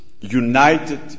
united